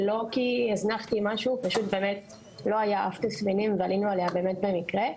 לא כי הזנחתי משהו פשוט כי לא היו אף תסמינים ועלינו עליה ממש במקרה.